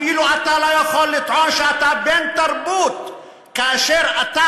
אתה אפילו לא יכול לטעון שאתה בן-תרבות כאשר אתה